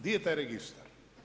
Di je taj registar?